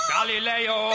Galileo